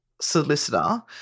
solicitor